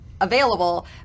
available